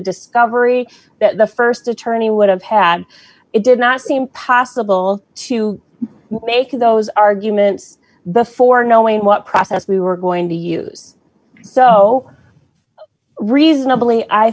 discovery that the st attorney would have had it did not seem possible to make those arguments before knowing what process we were going to use so reasonably i